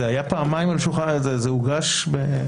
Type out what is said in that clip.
זה כבר היה פה.